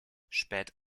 spät